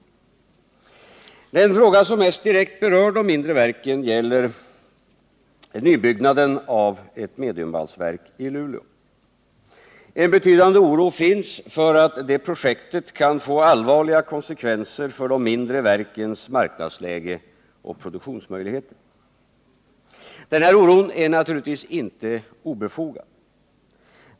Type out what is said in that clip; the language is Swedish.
Den fråga som mest direkt berör de mindre verken gäller uppförandet av ett mediumvalsverk i Luleå. En betydande oro finns för att det projektet kan få allvarliga konsekvenser för de mindre verkens marknadsläge och produktionsmöjligheter. Denna oro är naturligtvis inte obefogad.